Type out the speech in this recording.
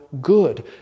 good